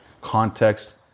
context